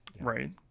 right